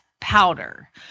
powder